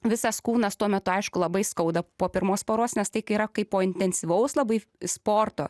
visas kūnas tuo metu aišku labai skauda po pirmos paros nes tai kai yra kaip po intensyvaus labai sporto